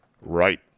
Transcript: Right